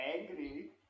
angry